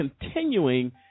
continuing